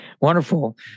Wonderful